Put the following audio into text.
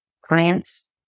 clients